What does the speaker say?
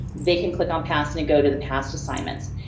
they can click on past and go to the past assignments.